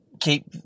keep